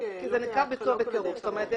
זאת אומרת,